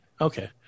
Okay